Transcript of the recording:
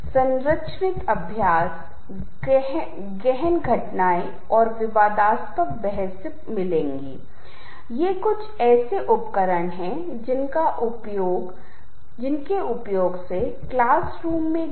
उसी तरह इन ग्राफिक अभ्यावेदन के माध्यम से गति का संचार किया गया था इसलिए लोगों ने भी इन्हें तदनुसार चुना और ताल की जटिलता और कुल संगीत को भी उसी के अनुसार दर्जा दिया गया